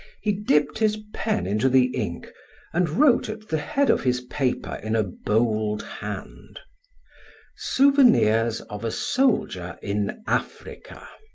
he dipped his pen into the ink and wrote at the head of his paper in a bold hand souvenirs of a soldier in africa.